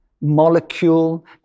molecule